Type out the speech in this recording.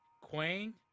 Quang